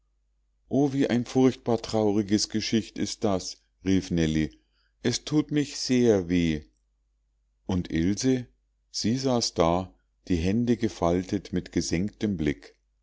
oh wie ein furchtbar trauriges geschicht ist das rief nellie es thut mich sehr weh und ilse sie saß da die hände gefaltet mit gesenktem blick